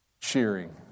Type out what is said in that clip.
cheering